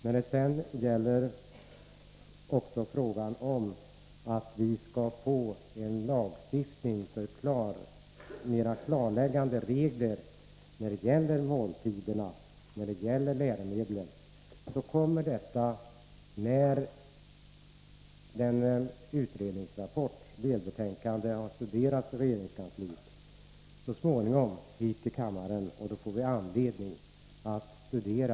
När det sedan gäller frågan om lagstiftning med mer klara regler beträffande måltiderna och läromedlen, så kommer vi i kammaren så småningom att få anledning att studera den frågan, när man inom regeringskansliet har behandlat utredningsrapporten i ämnet.